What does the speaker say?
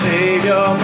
Savior